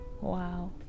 wow